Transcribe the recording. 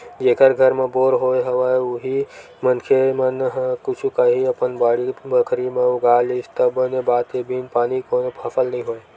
जेखर घर म बोर होय हवय उही मनखे मन ह कुछु काही अपन बाड़ी बखरी म उगा लिस त बने बात हे बिन पानी कोनो फसल नइ होय